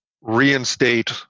reinstate